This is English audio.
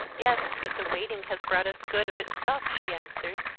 yes, but the waiting has brought us good of itself, she answered.